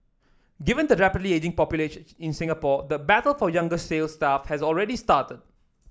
given the rapidly ageing population in Singapore the battle for younger sale staff has already started